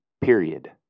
period